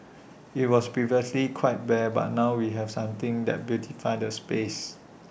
IT was previously quite bare but now we have something that beautifies the space